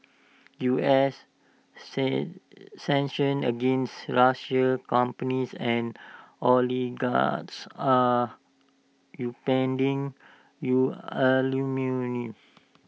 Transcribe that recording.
U S sent sanctions against Russian companies and oligarchs are upending U aluminium